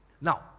Now